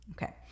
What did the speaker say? Okay